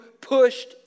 pushed